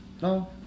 No